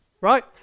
Right